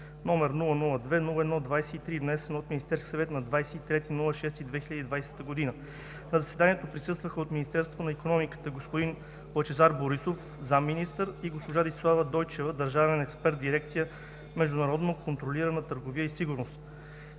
№ 002-01-23, внесен от Министерския съвет на 23 юни 2020 г. На заседанието присъстваха: от Министерството на икономиката господин Лъчезар Борисов – заместник-министър, и госпожа Десислава Дойчева – държавен експерт в дирекция „Международно контролирана търговия и сигурност“.